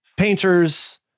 Painters